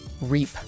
reap